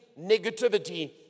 negativity